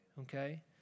okay